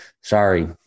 Sorry